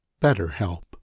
BetterHelp